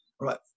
right